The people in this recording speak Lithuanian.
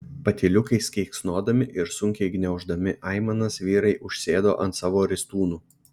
patyliukais keiksnodami ir sunkiai gniauždami aimanas vyrai užsėdo ant savo ristūnų